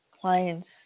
clients